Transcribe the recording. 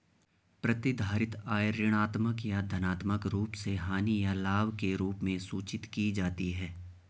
प्रतिधारित आय ऋणात्मक या धनात्मक रूप से हानि या लाभ के रूप में सूचित की जाती है